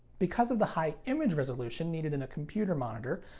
because of the high image resolution needed in a computer monitor,